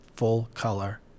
full-color